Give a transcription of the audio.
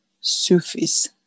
Sufis